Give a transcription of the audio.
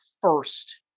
first